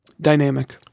dynamic